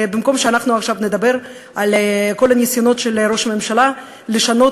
במקום שעכשיו נדבר על כל הניסיונות של ראש הממשלה לשנות